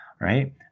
right